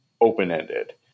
open-ended